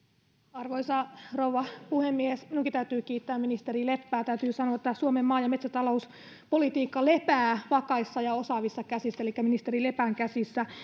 arvoisa rouva puhemies minunkin täytyy kiittää ministeri leppää täytyy sanoa että suomen maa ja metsätalouspolitiikka lepää vakaissa ja osaavissa käsissä elikkä ministeri lepän käsissä